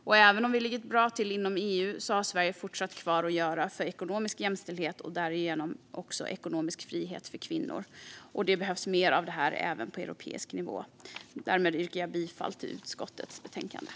Och även om vi ligger bra till inom EU har Sverige saker kvar att göra för ekonomisk jämställhet och därigenom ekonomisk frihet för kvinnor. Det behövs mer av detta även på europeisk nivå. Jag yrkar bifall till utskottets förslag i betänkandet.